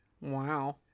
Wow